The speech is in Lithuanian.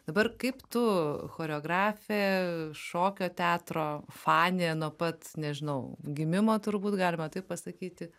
dabar kaip tu choreografė šokio teatro fanė nuo pat nežinau gimimo turbūt galima taip pasakyti